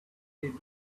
they